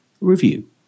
review